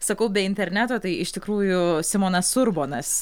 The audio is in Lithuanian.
sakau be interneto tai iš tikrųjų simonas urbonas